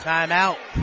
Timeout